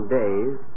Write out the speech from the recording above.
days